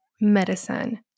medicine